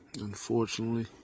Unfortunately